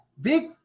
big